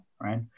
right